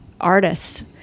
artists